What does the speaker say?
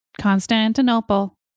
Constantinople